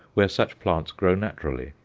where such plants grow naturally,